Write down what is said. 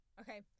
Okay